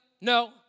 No